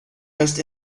most